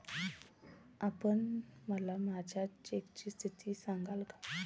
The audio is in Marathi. आपण मला माझ्या चेकची स्थिती सांगाल का?